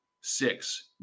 Six